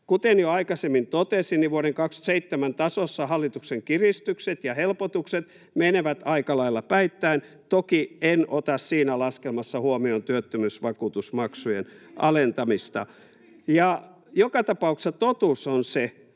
Kuten jo aikaisemmin totesin, vuoden 27 tasossa hallituksen kiristykset ja helpotukset menevät aika lailla päittäin, toki en ota siinä laskelmassa huomioon työttömyysvakuutusmaksujen alentamista. [Jussi Saramo: